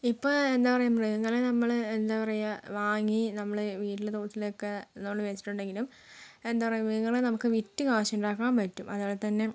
ഇപ്പോൾ എന്താ പറയാ മൃഗങ്ങളെ നമ്മൾ എന്താ പറയാ വാങ്ങി നമ്മൾ വീട്ടിൽ തൊഴുത്തിലൊക്കെ നമ്മൾ വെച്ചിട്ടുണ്ടെങ്കിലും എന്താ പറയാ മൃഗങ്ങളെ നമുക്ക് വിറ്റ് കാശുണ്ടാക്കാൻ പറ്റും അതുപോലെത്തന്നെ